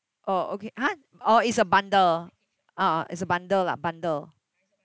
oh okay !huh! oh it's a bundle ah it's a bundle lah bundle